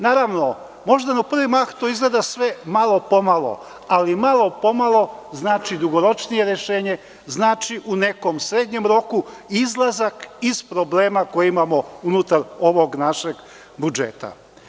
Naravno, možda to u prvi mah to izgleda malo po malo, ali malo po malo znači dugoročnije rešenje, znači u nekom srednjem roku izlazak iz problema koje imamo unutar ovog našegbudžeta.